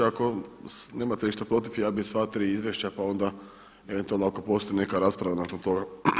Ako nemate ništa protiv ja bih sva tri izvješća pa onda eventualno ako postoji neka rasprava nakon toga.